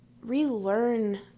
relearn